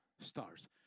stars